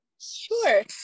Sure